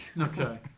Okay